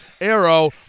arrow